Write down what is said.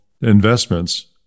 investments